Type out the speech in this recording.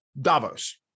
Davos